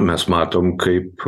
mes matom kaip